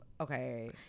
okay